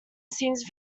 seems